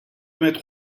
mettre